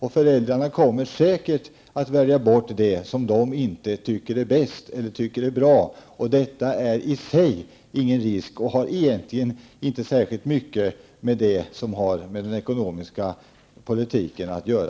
Föräldrarna kommer säkert att välja bort det alternativ som de inte tycker är bra. Detta är i sig ingen risk, och det har heller egentligen inte särskilt mycket med den ekonomiska politiken att göra.